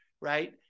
right